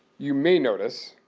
you may notice